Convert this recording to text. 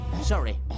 Sorry